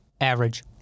Average